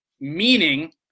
Meaning